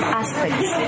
aspects